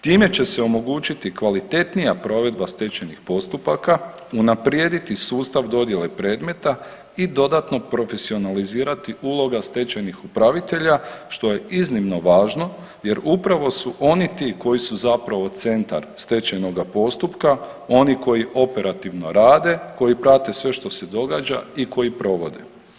Time će se omogućiti kvalitetnija provedba stečajnih postupaka, unaprijediti sustav dodjele predmeta i dodatno profesionalizirati uloga stečajnih upravitelja, što je iznimno važno jer upravo su oni ti koji su zapravo centar stečajnoga postupka, oni koji operativno rade, koji prate sve što se događa i koji provode.